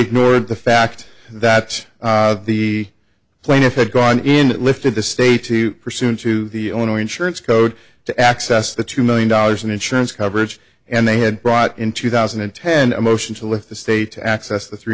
ignored the fact that the plaintiff had gone in lifted the state to pursue to the owner insurance code to access the two million dollars in insurance coverage and they had brought in two thousand and ten a motion to lift the state to access the three